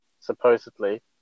supposedly